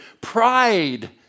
pride